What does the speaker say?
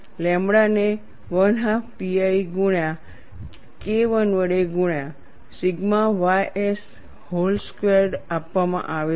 lambda ને 12 pi ગુણ્યા KI વડે ગુણ્યા સિગ્મા ys વ્હોલ સ્કવેર્ડ આપવામાં આવે છે